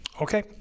Okay